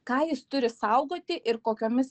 ką jis turi saugoti ir kokiomis